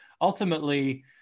ultimately